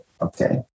okay